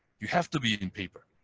you have to be in paper.